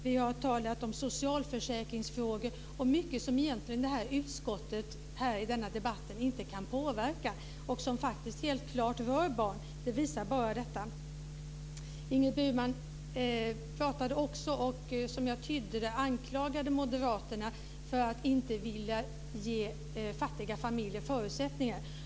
Vi har talat om socialförsäkringsfrågor och också om mycket som utskottet i denna debatt inte kan påverka och som faktiskt helt klart rör barn. Det visar detta. Ingrid Burman anklagade också, som jag tydde det, moderaterna för att inte vilja ge fattiga familjer förutsättningar.